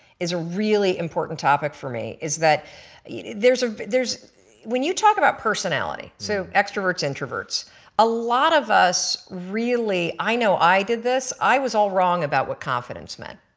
is a really important topic for me, is that you know there is ah when you talk about personality so extroverts, introverts a lot of us really i know i did this i was all wrong about what confidence meant.